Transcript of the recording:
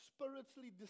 spiritually